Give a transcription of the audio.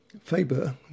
Faber